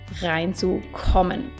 reinzukommen